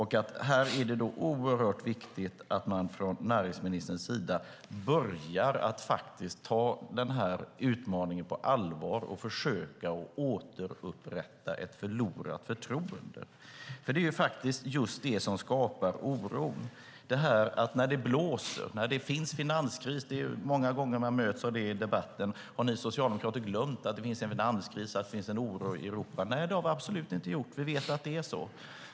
Här är det oerhört viktigt att från näringsministerns sida faktiskt börja ta den här utmaningen på allvar och försöka återupprätta ett förlorat förtroende, för det är faktiskt just det som skapar oro när det blåser och när det finns en finanskris. Det är många gånger man möts av det i debatten: Har ni socialdemokrater glömt att det är finanskris och att det finns en oro i Europa? Nej, det har vi absolut inte gjort. Vi vet att det är så.